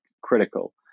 critical